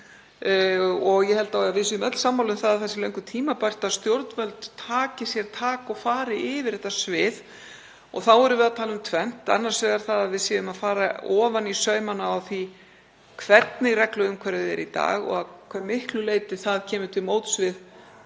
Ég held að við séum öll sammála um að það sé löngu tímabært að stjórnvöld taki sér tak og fari yfir þetta svið. Þá erum við að tala um tvennt: Annars vegar það að við förum ofan í saumana á því hvernig regluumhverfið er í dag og að hve miklu leyti það kemur til móts við